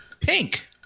Pink